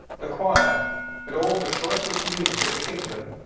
the quire with all the choysest musicke of the kingdome,